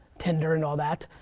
tinder and all that.